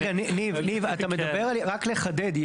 רגע, ניב, אתה מדבר, רק לחדד.